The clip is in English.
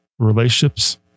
Relationships